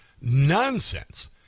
nonsense